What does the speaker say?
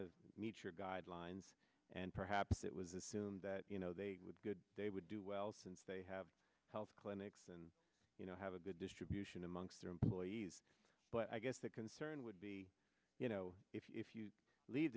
to meet your guidelines and perhaps it was assumed that you know they would be good they would do well since they have health clinics and you know have a good distribution amongst their employees but i guess the concern would be you know if you leave